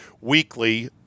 weekly